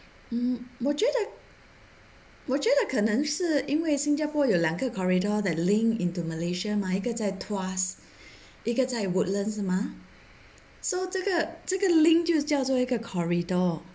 mm 我觉得我觉得可能是因为新加坡有两个 corridor that link into malaysia mah 一个在 tuas 一个在 woodlands mah so 这个这个 link 就叫做一个 corridor